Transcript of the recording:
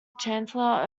chancellor